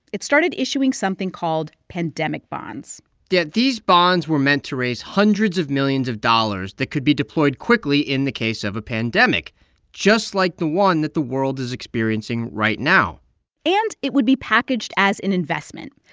it started issuing something called pandemic bonds yeah. these bonds were meant to raise hundreds of millions of dollars that could be deployed quickly in the case of a pandemic just like the one that the world is experiencing right now and it would be packaged as an investment,